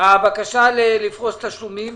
הבקשה לפרוס תשלומים?